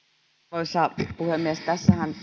arvoisa puhemies tässähän nyt